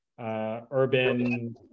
urban